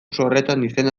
izena